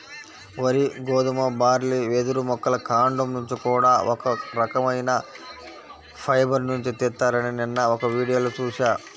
వరి, గోధుమ, బార్లీ, వెదురు మొక్కల కాండం నుంచి కూడా ఒక రకవైన ఫైబర్ నుంచి తీత్తారని నిన్న ఒక వీడియోలో చూశా